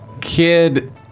kid